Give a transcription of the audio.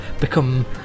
become